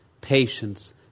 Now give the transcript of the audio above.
patience